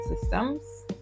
systems